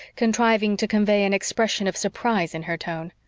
contriving to convey an expression of surprise in her tone.